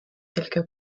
quelque